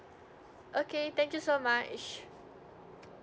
okay thank you so much